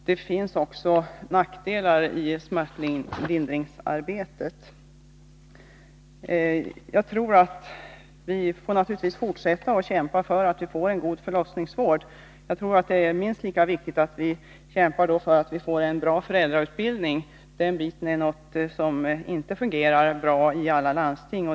Det finns också nackdelar i smärtlindringsarbetet. Vi skall naturligtvis fortsätta att kämpa, så att vi får en god förlossningsvård. Men det är minst lika viktigt att vi kämpar för en bra föräldrautbildning. Den fungerar inte tillfredsställande i alla landsting.